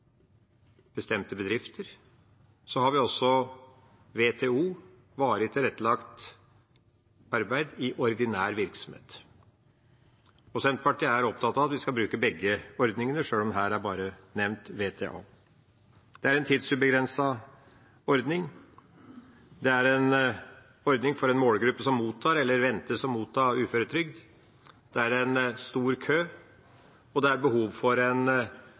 bestemte bedrifter, har vi også VTO, varig tilrettelagt arbeid i ordinær virksomhet. Senterpartiet er opptatt av at vi skal bruke begge ordningene, sjøl om bare VTA er nevnt her. Det er en tidsubegrenset ordning, det er en ordning for en målgruppe som mottar eller ventes å motta uføretrygd. Det er stor kø, og det er behov for en